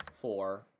four